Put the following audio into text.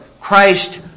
Christ